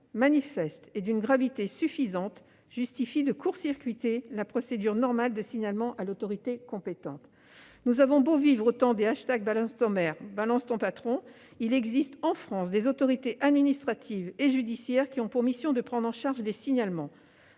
manifeste et d'une gravité suffisante justifie de court-circuiter la procédure normale de signalement à l'autorité compétente. Nous avons beau vivre au temps des hashtags #BalanceTonMaire ou #BalanceTonPatron, il existe en France des autorités administratives et judiciaires qui ont pour mission de prendre en charge les signalements,